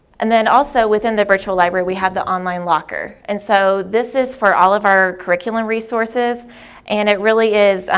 and then also, within the virtual library, we have the online locker, and so this is for all of our curriculum resources and it really is, ah